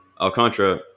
Alcantara